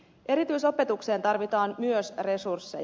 erityisopetukseen tarvitaan myös resursseja